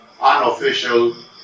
unofficial